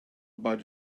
about